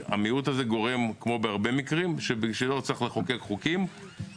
גורם כמו בהרבה מקרים שלא צריך לחוקק חוקים,